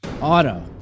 Auto